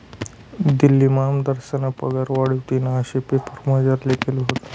दिल्लीमा आमदारस्ना पगार वाढावतीन आशे पेपरमझार लिखेल व्हतं